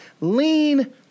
lean